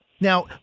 Now